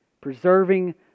preserving